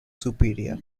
superior